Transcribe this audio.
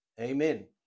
Amen